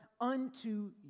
unto